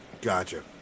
Gotcha